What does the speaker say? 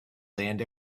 land